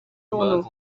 journaux